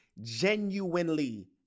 genuinely